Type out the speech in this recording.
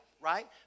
Right